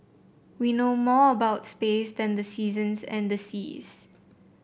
we know more about space than the seasons and the seas